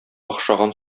охшаган